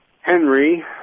Henry